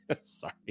sorry